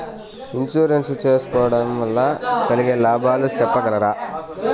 Insurance సేసుకోవడం వల్ల కలిగే లాభాలు సెప్పగలరా?